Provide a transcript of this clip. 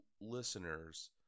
listeners